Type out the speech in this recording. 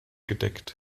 gedeckt